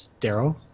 Daryl